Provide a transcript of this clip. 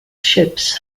ships